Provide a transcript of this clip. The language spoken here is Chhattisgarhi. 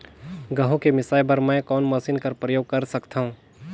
गहूं के मिसाई बर मै कोन मशीन कर प्रयोग कर सकधव?